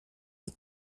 die